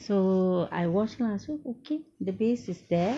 so I watch lah so okay the base is there